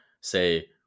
say